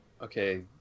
Okay